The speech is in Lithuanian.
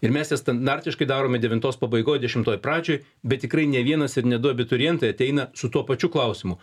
ir mes jas standartiškai darome devintos pabaigoj dešimtoj pradžioj bet tikrai ne vienas ir ne du abiturientai ateina su tuo pačiu klausimu